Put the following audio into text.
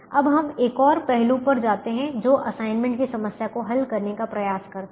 अब हम एक और पहलू पर चलते हैं जो असाइनमेंट की समस्या को हल करने का प्रयास करता है